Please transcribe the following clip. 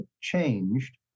changed